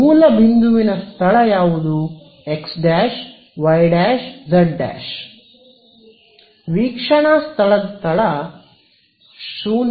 ಮೂಲ ಬಿಂದುವಿನ ಸ್ಥಳ ಯಾವುದು x ' y' z ' ವೀಕ್ಷಣಾ ಸ್ಥಳದ ಸ್ಥಳ 00 z